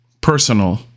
personal